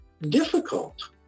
difficult